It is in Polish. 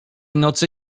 nocy